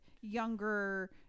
younger